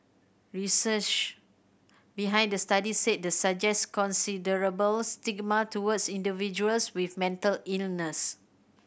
research behind the study said this suggests considerable stigma towards individuals with mental illness